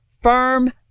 firm